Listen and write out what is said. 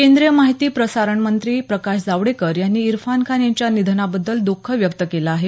केंद्रीय माहिती प्रसारण मंत्री प्रकाश जावडेकर यांनी इरफान खान यांच्या निधनाबद्दल द्ख व्यक्त केलं आहे